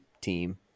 team